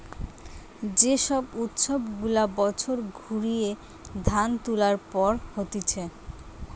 যে সব উৎসব গুলা বছর ঘুরিয়ে ধান তুলার পর হতিছে